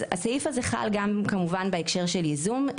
אז הסעיף הזה חל גם כמובן בהקשר של ייזום.